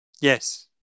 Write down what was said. Yes